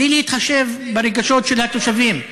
בלי להתחשב ברגשות של התושבים,